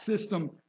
system